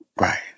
Right